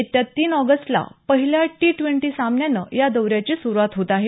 येत्या तीन ऑगस्टला पहिल्या टी ड्वेंटी सामन्यानं या दौऱ्याची सुरुवात होत आहे